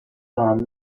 vingt